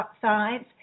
sides